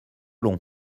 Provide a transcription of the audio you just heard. long